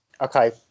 Okay